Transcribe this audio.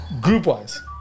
Group-wise